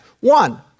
One